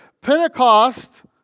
Pentecost